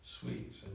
sweets